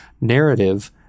narrative